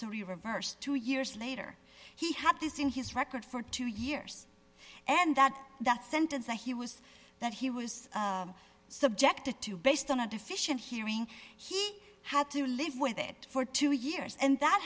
history reversed two years later he had this in his record for two years and that that sentence that he was that he was subjected to based on a deficient hearing he had to live with it for two years and that